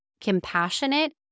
compassionate